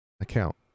account